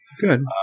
Good